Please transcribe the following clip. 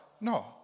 no